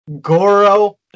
Goro